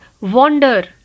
wander